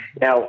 Now